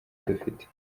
dufite